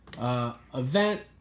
event